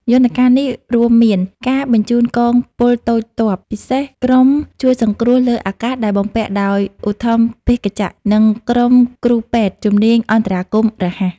យន្តការនេះរួមមានការបញ្ជូនកងពលតូចទ័ពពិសេស ក្រុមជួយសង្គ្រោះលើអាកាសដែលបំពាក់ដោយឧទ្ធម្ភាគចក្រ និងក្រុមគ្រូពេទ្យជំនាញអន្តរាគមន៍រហ័ស។